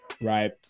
right